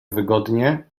wygodnie